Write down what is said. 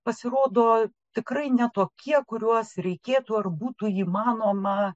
pasirodo tikrai ne tokie kuriuos reikėtų ar būtų įmanoma